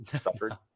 suffered